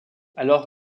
alors